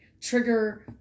trigger